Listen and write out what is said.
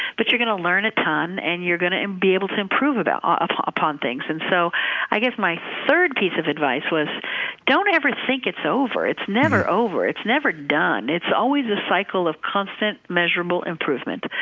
but you're going to learn a ton, and you're going to and be able to improve ah ah upon upon things. and so i guess, my third piece of advice was don't ever think it's over. it's never over. it's never done. it's always a cycle of constant, measurable improvement.